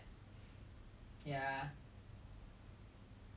ya that's my opinion also 如果你真的要钱你自己去赚